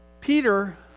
Peter